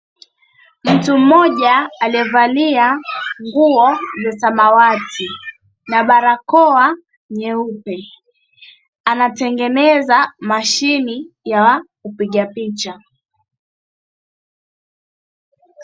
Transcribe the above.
Mtu mmoja aliyavalia nguo za samawati na barakoa nyeupe anatengeneza mashine ya kupiga picha.